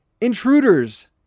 intruders